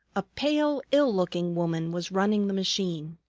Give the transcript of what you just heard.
a pale, ill-looking woman was running the machine.